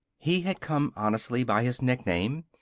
he had come honestly by his nickname.